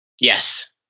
yes